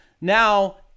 Now